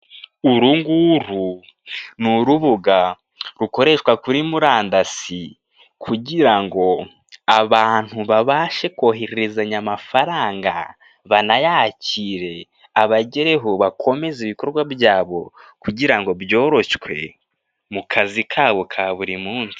Uru nguru ni urubuga rukoreshwa kuri murandasi kugira ngo abantu babashe kohererezanya amafaranga, banayakire, abagereho bakomeze ibikorwa byabo kugira ngo byoroshywe, mu kazi kabo ka buri munsi.